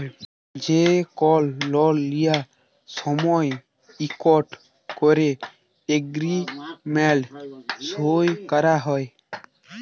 যে কল লল লিয়ার সময় ইকট ক্যরে এগ্রিমেল্ট সই ক্যরা হ্যয়